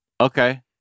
Okay